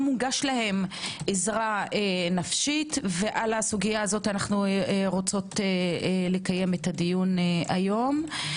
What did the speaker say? לא מוגשת להם עזרה נפשית ועל סוגיה זו אנו רוצות לקיים את הדיון היום.